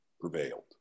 prevailed